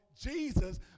Jesus